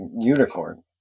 unicorn